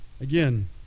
Again